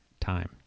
time